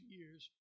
years